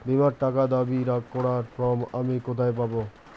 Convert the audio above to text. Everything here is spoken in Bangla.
বীমার টাকা দাবি করার ফর্ম আমি কোথায় পাব?